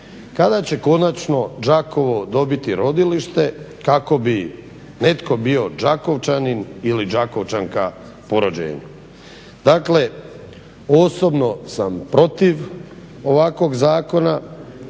kada će konačno Đakovo dobiti rodilište kako bi netko bio Đakovčanin ili Đakovčanka po rođenju. Dakle osobno sam protiv ovakvog zakona,